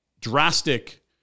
drastic